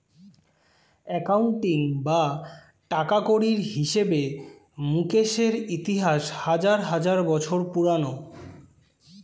accounting বা টাকাকড়ির হিসেবে মুকেশের ইতিহাস হাজার হাজার বছর পুরোনো